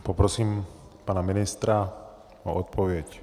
Poprosím pana ministra o odpověď.